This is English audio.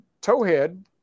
towhead